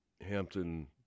Hampton